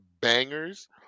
bangers